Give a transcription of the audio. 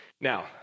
Now